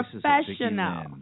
professional